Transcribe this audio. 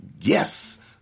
Yes